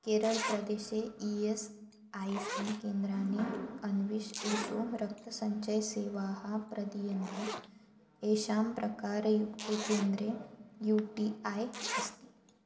केरलप्रदेशे E S I C केन्द्राणि अन्विश येषु रक्तसञ्चयसेवाः प्रदीयन्ते येषां प्रकारयुक्ते केन्द्रे यू टी ऐ अस्ति